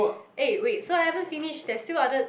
eh wait so I haven't finish there's till other